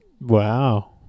Wow